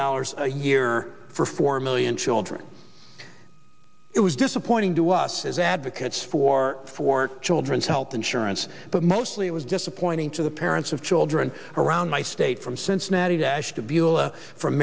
dollars a year for four million children it was disappointing to us as advocates for for children's health insurance but mostly it was disappointing to the parents of children around my state from cincinnati to ash to beulah from